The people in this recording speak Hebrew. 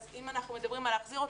אם אנחנו מדברים על החזרתם,